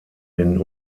den